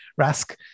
rask